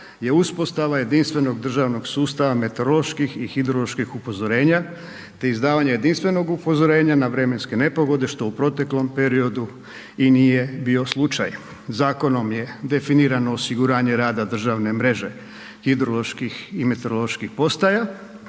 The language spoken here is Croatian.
je uspostava jedinstvenog državnog sustava meteoroloških i hidroloških upozorenja te izdavanje jedinstvenog upozorenja na vremenske nepogode što u proteklom periodu i nije bio slučaj. Zakonom je definirano osiguranje rada državne mreže hidroloških i meteoroloških postaja.